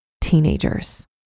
Teenagers